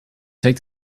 take